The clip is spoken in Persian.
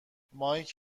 مایک